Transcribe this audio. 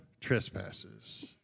trespasses